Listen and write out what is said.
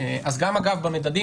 אז גם במדדים